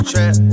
Trap